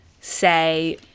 say